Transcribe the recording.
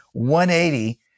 180